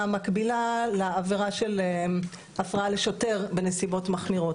מקבילה לעבירה של הפרעה לשוטר בנסיבות מחמירות,